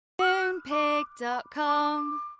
Moonpig.com